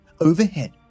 Overhead